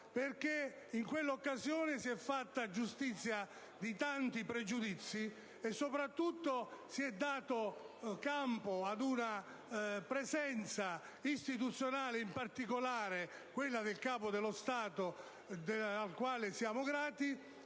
perché in quell'occasione si è fatta giustizia di tanti pregiudizi e, soprattutto, si è dato campo ad una presenza istituzionale e, in particolare, quella del Capo dello Stato, al quale siamo grati,